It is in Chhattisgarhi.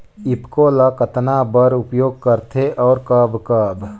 ईफको ल कतना बर उपयोग करथे और कब कब?